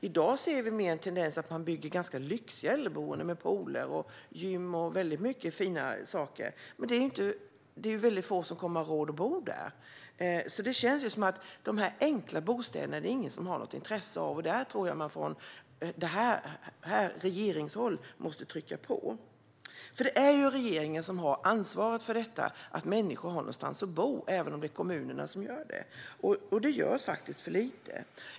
I dag ser vi en tendens att det byggs ganska lyxiga äldreboenden med pooler, gym och många andra fina saker. Men det är väldigt få som kommer att ha råd att bo där. Det känns som att ingen har något intresse av de enkla bostäderna. Jag tror att man måste trycka på från regeringshåll i den här frågan. Det är ju regeringen som har ansvaret för att människor har någonstans att bo - även om det är kommunerna som utför det hela - och det görs för lite.